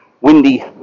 windy